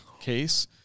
case